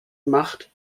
macht